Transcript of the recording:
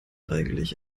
eigentlich